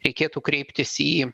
reikėtų kreiptis į